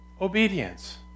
obedience